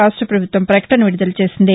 రాష్ట పభుత్వం ప్రపకటన విడుదల చేసింది